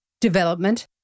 development